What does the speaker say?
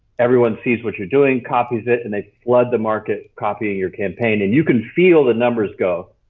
everyone sees what you're doing, copies it and they flood the market copying your campaign and you can feel the numbers go.